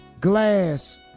glass